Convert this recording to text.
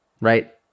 right